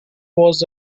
was